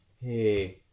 hey